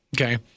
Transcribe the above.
Okay